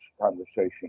conversation